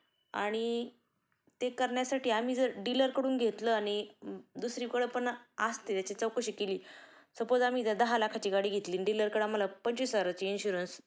आणि ते करण्यासाठी आम्ही जर डीलरकडून घेतलं आणि दुसरीकडं पण असते त्याची चौकशी केली सपोज आम्ही जर दहा लाखाची गाडी घेतली आणि डीलरकडे आम्हाला पंचवीस हजाराची इन्शुरन्स